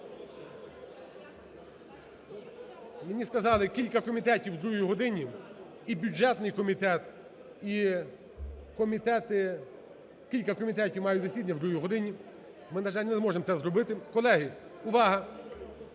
Мені сказали кілька комітетів о 2-й годині і Бюджетний комітет, і кілька комітетів мають засідання о 2-й годині. Ми, на жаль, не зможемо це зробити. Колеги, увага!